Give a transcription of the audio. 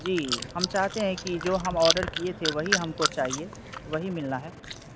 جی ہم چاہتے ہیں کہ جو ہم آرڈر کیے تھے وہی ہم کو چاہیے وہی ملنا ہے